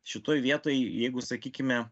šitoj vietoj jeigu sakykime